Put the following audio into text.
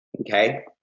Okay